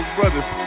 brothers